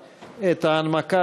63, אין נמנעים.